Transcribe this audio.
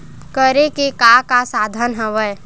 करे के का का साधन हवय?